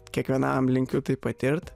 kiekvienam linkiu tai patirt